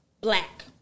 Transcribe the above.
black